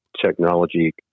technology